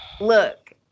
look